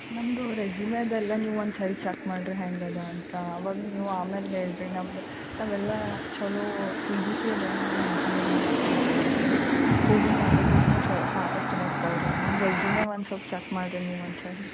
ನಮ್ಮದು ರೆಸ್ಯುಮೇದೆಲ್ಲ ನೀವು ಒಂದು ಸಾರಿ ಚೆಕ್ ಮಾಡಿರಿ ಹೆಂಗಿದೆ ಅಂತ ಅವಾಗ ನೀವು ಆಮೇಲೆ ಹೇಳಿ ರೀ ನಮ್ದು ನಾವೆಲ್ಲ ಚೊಲೋ ಸಿ ಜಿ ಪಿ ಅದೆಲ್ಲ ನಮ್ಮ ಇಂಜಿನಿಯರಿಂಗ್ನಾಗೆ ಚೊಲೋ ಇದೆ ರೀ ಕೋಡಿಂಗ್ ಲಾಂಗ್ವೇಜಸ್ನು ಚೊ ಸಾಕಷ್ಟು ಬರ್ತವೆ ರೀ ನಮ್ಮ ರೆಸ್ಯೂಮೇ ಒಂದು ಸ್ವಲ್ಪ ಚಕ್ ಮಾಡಿರಿ ನೀವು ಒಂದು ಸಾರಿ